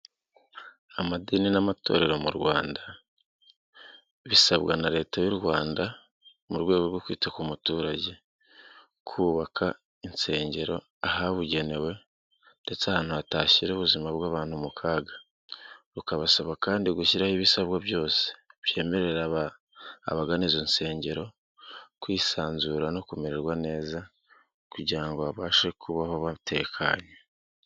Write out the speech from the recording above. Amadini n'amatorero mu Rwanda bisabwa na leta y'u Rwanda mu rwego rwo kwita ku muturage, kubaka insengero ahabugenewe ndetse ahantu hatashyira ubuzima bw'abantu mu kaga. Rukabasaba kandi gushyiraho ibisabwa byose byemerera abagana iza nsengero kwisanzura no kumererwa neza kugira ngo babashe kubaho batekanye.